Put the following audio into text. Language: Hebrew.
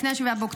לפני 7 באוקטובר,